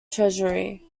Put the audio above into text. treasury